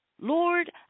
Lord